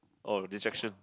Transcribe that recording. or distraction